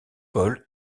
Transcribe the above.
paul